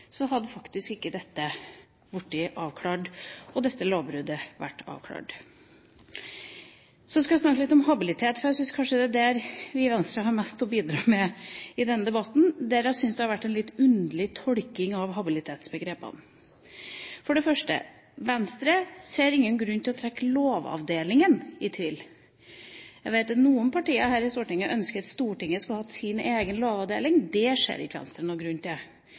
hadde faktisk ikke dette lovbruddet blitt avklart. Så skal jeg snakke litt om habilitet, for jeg syns kanskje det er der vi i Venstre har mest å bidra med i denne debatten, der jeg synes det har vært en litt underlig tolking av habilitetsbegrepene. For det første: Venstre ser ingen grunn til å trekke Lovavdelingen i tvil. Jeg vet at noen partier her i Stortinget ønsker at Stortinget skulle hatt sin egen lovavdeling. Det ser ikke Venstre noen grunn til.